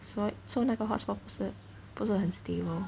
so so 那个 hotspot 不是不是很 stable